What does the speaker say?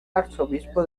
arzobispo